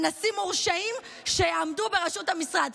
אנסים מורשעים, שיעמדו בראשות המשרד.